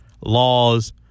laws